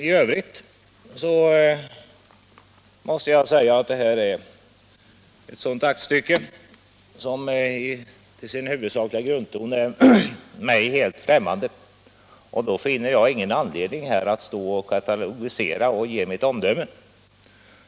I övrigt måste jag säga att detta aktstycke till sin huvudsakliga grundton är mig helt främmande. Därför finner jag ingen anledning att avge något närmare omdöme om detaljerna.